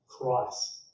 Christ